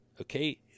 Okay